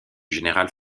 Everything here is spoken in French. général